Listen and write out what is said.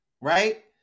right